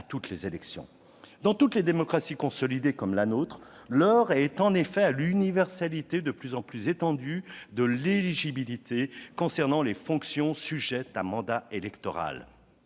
toutes les élections. Dans toutes les démocraties consolidées comme la nôtre, l'heure est en effet à l'universalité de plus en plus étendue de l'éligibilité concernant les fonctions sujettes à mandat électoral.